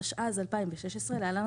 התשע"ז- 2016 (להלן,